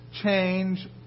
change